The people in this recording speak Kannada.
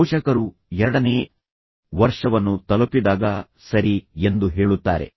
ಪೋಷಕರು ಎರಡನೇ ವರ್ಷವನ್ನು ತಲುಪಿದಾಗ ಸರಿ ಎಂದು ಹೇಳುತ್ತಾರೆ